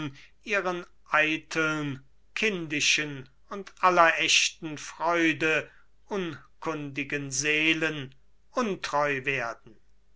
ihren eiteln kindischen und aller echten freude unkundigen seelen untreu werden